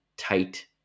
tight